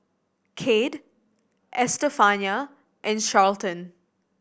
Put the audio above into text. Kade Estefania and Charlton